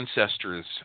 ancestors